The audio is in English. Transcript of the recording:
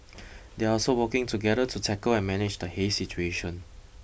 they are also working together to tackle and manage the haze situation